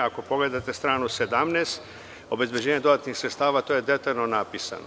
Ako pogledate stranu 17 – obezbeđenje dodatnih sredstava, to je detaljno napisano.